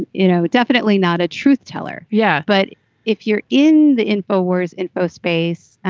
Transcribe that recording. you know, definitely not a truth teller. yeah, but if you're in the infowars infospace,